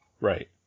Right